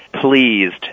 pleased